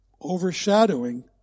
overshadowing